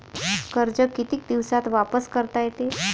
कर्ज कितीक दिवसात वापस करता येते?